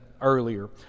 earlier